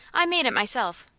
i made it myself.